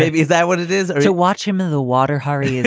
is that what it is to watch him in the water? haha.